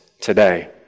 today